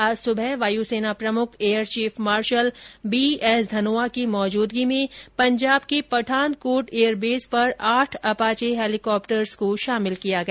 आज सुबह वायुसेना प्रमुख air chief marshal B S Dhanoa की मौजूदगी में पंजाब के पठानकोट एयरबेस पर आठ अपार्च हेलीकॉप्टर्स को शामिल किया गया